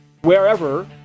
wherever